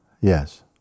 Yes